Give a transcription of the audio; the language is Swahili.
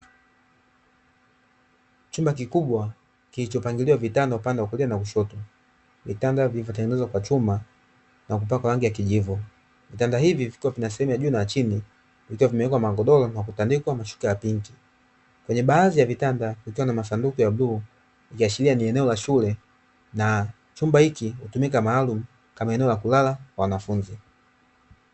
Chumba kikubwa kilichopangiliwa vitanda upande wa kulia na kushoto. Vitanda vilivyotengenezwa kwa chuma na kupakwa rangi ya kijivu. Vitanda hivi vikiwa vina sehemu ya juu na chini vikiwa vimewekwa magodoro na kutandikwa mashuka ya pinki. Kwenye baadhi ya vitanda kukiwa na masanduku ya bluu, ikiashiria ni eneo la shule na chumba hiki hutumika maalumu kama eneo la kulala wanafunzi.